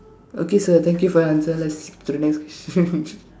okay sir thank you for your answer let's skip to the next question